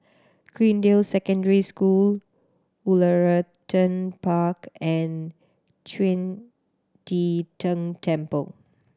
Greendale Secondary School Woollerton Park and Qing De Tang Temple